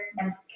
number